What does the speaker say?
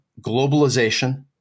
globalization